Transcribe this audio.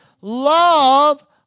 Love